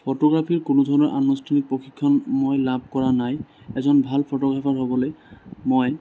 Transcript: ফটোগ্ৰাফীৰ কোনো ধৰণৰ আনুস্থানিক প্ৰশিক্ষণ মই লাভ কৰা নাই এজন ভাল ফটোগ্ৰাফাৰ হ'বলৈ মই